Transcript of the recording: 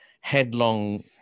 headlong